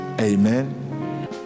Amen